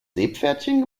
seepferdchen